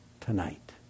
tonight